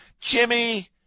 Jimmy